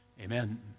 Amen